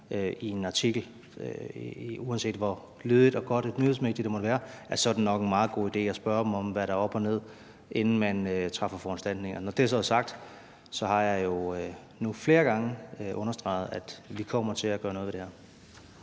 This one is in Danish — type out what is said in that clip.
i en artikel, uanset hvor lødigt og godt et nyhedsmedie det måtte være, så er det nok en meget god idé at spørge dem om, hvad der er op og ned, inden man træffer foranstaltninger. Når det så er sagt, har jeg jo nu flere gange understreget, at vi kommer til at gøre noget ved det her.